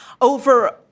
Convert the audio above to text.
over